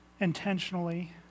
intentionally